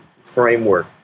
framework